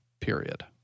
period